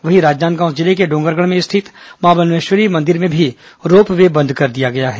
वहीं राजनांदगांव जिले के डोंगरगढ़ में स्थित मां बम्लेश्वरी मंदिर में भी रोप वे बंद कर दिया गया है